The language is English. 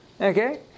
Okay